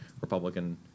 Republican